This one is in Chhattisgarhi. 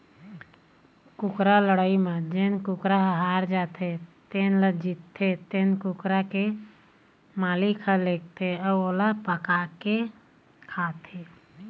कुकरा लड़ई म जेन कुकरा ह हार जाथे तेन ल जीतथे तेन कुकरा के मालिक ह लेगथे अउ ओला पकाके खाथे